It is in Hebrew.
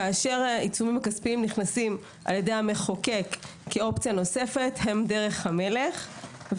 כאשר העיצומים הכספיים נכנסים על ידי המחוקק כאופציה נוספת הם דרך המלך.